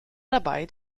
dabei